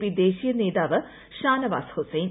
P ദേശീയ നേതാവ് ഷാനവാസ് ഹുസൈൻ